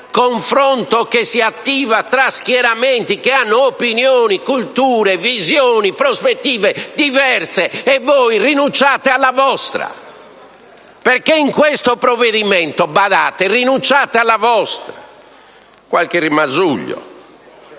confronto che si attiva tra schieramenti che hanno opinioni, culture, visioni, prospettive diverse; e voi rinunciate alla vostra: infatti, in questo provvedimento - badate - rinunciate alla vostra, c'è solo qualche rimasuglio,